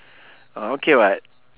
oh okay [what]